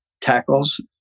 tackles